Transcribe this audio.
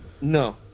No